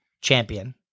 champion